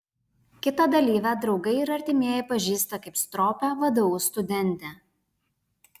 kitą dalyvę draugai ir artimieji pažįsta kaip stropią vdu studentę